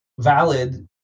valid